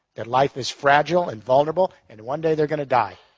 that life is fragile and vulnerable and one day they're gonna die.